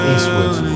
Eastwood